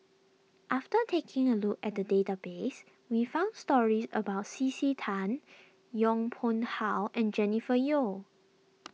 after taking a look at the database we found stories about C C Tan Yong Pung How and Jennifer Yeo